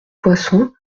poisson